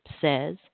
says